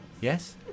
Yes